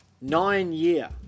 nine-year